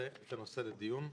הנושא לדיון.